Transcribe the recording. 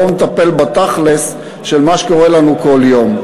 בואו נטפל בתכל'ס של מה שקורה לנו כל יום.